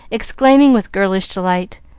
exclaiming, with girlish delight,